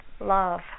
love